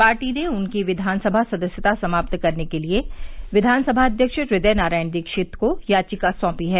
party ने उनकी विधानसभा सदस्यता समाप्त करने के लिए विधानसभा अध्यक्ष हृदय नारायण दीक्षित को याचिका सौंपी है